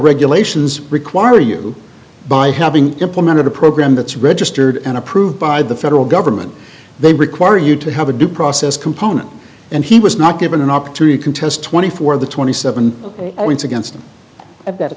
regulations require you by having implemented a program that's registered and approved by the federal government they require you to have a due process component and he was not given an opportunity contest twenty four of the twenty seven points against him a